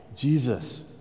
Jesus